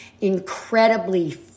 incredibly